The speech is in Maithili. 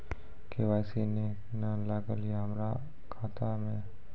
के.वाई.सी ने न लागल या हमरा खाता मैं?